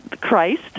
Christ